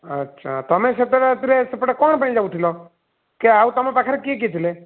ଆଚ୍ଛା ତୁମେ ସେତେ ରାତିରେ ସେପଟେ କ'ଣ ପାଇଁ ଯାଉଥିଲ କିଏ ଆଉ ତୁମ ପାଖରେ କିଏ କିଏ ଥିଲେ